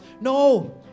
no